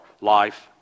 life